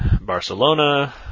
Barcelona